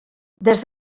des